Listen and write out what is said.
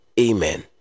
amen